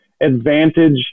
advantage